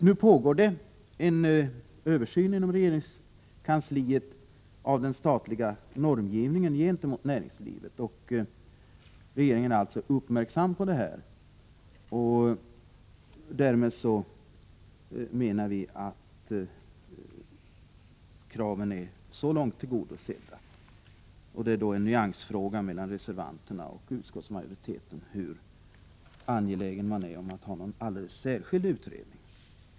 Nu pågår det en översyn inom regeringskansliet av den statliga normgivningen gentemot näringslivet. Regeringen är alltså uppmärksam på detta. Därmed menar vi att kraven är tillgodosedda så långt. Det är då en nyansskillnad mellan reservanterna och utskottsmajoriteten beträffande hur angelägen man är om att ha en alldeles särskild utredning.